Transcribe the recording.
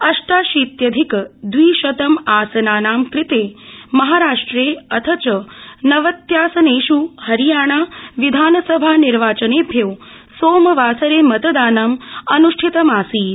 अष्टाशीत्यधिक दवि शतमासनानाञ्कृते महाराष्ट्रे अथ च नवत्यासनेष् हरियाणा विधानासभानिर्वाचनेभ्यो सोमवासरे मतदानं अनृष्ठितमासीत्